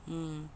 mm